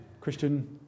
Christian